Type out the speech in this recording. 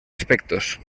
aspectos